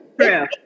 True